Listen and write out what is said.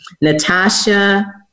Natasha